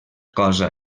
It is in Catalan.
cosa